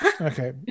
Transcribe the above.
Okay